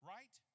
Right